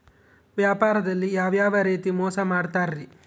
ವ್ಯಾಪಾರದಲ್ಲಿ ಯಾವ್ಯಾವ ರೇತಿ ಮೋಸ ಮಾಡ್ತಾರ್ರಿ?